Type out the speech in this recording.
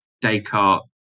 Descartes